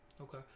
Okay